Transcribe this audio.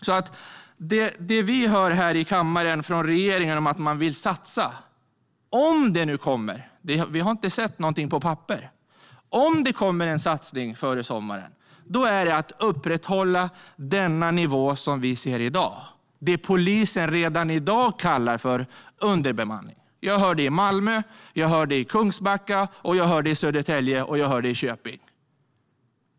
Det vi hör här i kammaren från regeringen om att man vill satsa har vi inte sett någonting om på papper, men om det kommer en satsning före sommaren är det att upprätthålla den nivå som vi ser i dag som det kommer att handla om. Den nivån beskriver polisen redan i dag som underbemanning. Jag hör det i Malmö, jag hör det i Kungsbacka, jag hör det i Södertälje och jag hör det i Köping.